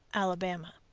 alabama.